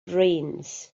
brains